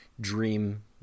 dream